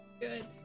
Good